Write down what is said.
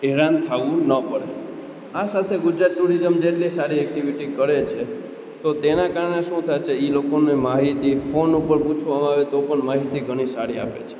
હેરાન થાવું ન પડે આ સાથે ગુજરાત ટુરિઝમ જેટલી સારી એકટીવિટી કરે છે તો તેના કારણે શું થશે ઈ લોકોને માહિતી ફોન ઉપર પૂછવામાં આવે તો પણ માહિતી ઘણી સારી આપે છે